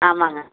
ஆமாங்க